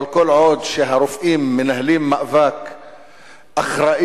אבל כל עוד הרופאים מנהלים מאבק אחראי,